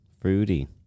Fruity